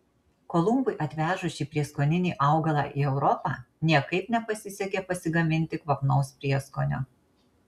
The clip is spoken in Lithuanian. kolumbui atvežus šį prieskoninį augalą į europą niekaip nepasisekė pasigaminti kvapnaus prieskonio